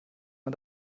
man